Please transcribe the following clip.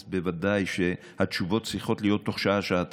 אז בוודאי שהתשובות צריכות להיות תוך שעה-שעתיים.